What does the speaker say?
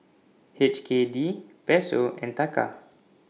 H K D Peso and Taka